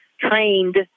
trained